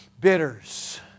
bitters